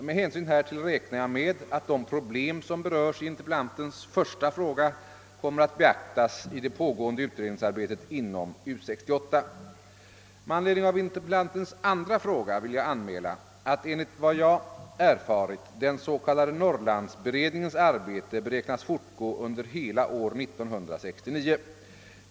Med hänsyn härtill räknar jag med att de problem som berörs i interpellantens första fråga kommer att beaktas i det pågående utredningsarbetet inom U 68. Med anledning av interpellantens andra fråga vill jag anmäla att enligt vad jag erfarit den s.k, Norrlandsberedningens arbete beräknas fortgå under hela år 1969.